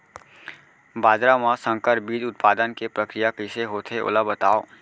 बाजरा मा संकर बीज उत्पादन के प्रक्रिया कइसे होथे ओला बताव?